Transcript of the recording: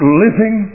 living